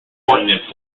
idea